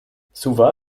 suva